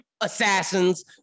assassins